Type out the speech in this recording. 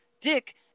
Dick